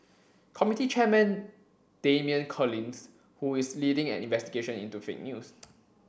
committee chairman Damian Collins who is leading an investigation into fake news